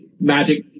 magic